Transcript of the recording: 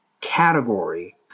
category